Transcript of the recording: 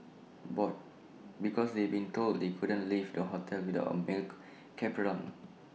bored because they'd been told they couldn't leave the hotel without A male chaperone